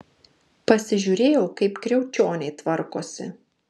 pasižiūrėjau kaip kriaučioniai tvarkosi